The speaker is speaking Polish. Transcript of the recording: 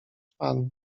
pan